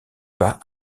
pas